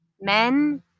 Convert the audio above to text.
Men